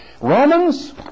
Romans